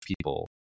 people